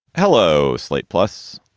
hello, slate, plus,